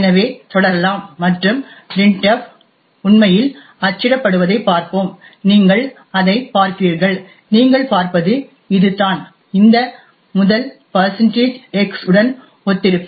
எனவே தொடரலாம் மற்றும் printf உண்மையில் அச்சிடுவதைப் பார்ப்போம் நீங்கள் அதைப் பார்க்கிறீர்கள் நீங்கள் பார்ப்பது இது தான் இந்த முதல் x உடன் ஒத்திருக்கும்